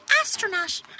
astronaut